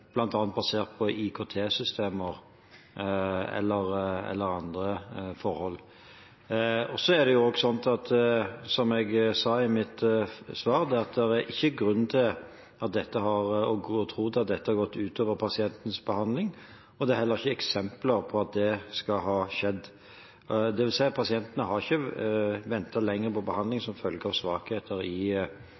basert på IKT-systemer eller andre forhold. Så er det jo også slik, som jeg sa i mitt svar, at det er ikke grunn til å tro at dette har gått ut over pasientenes behandling, og det er heller ikke eksempler på at det skal ha skjedd, dvs. pasientene har ikke ventet lenger på behandling som følge av svakheter i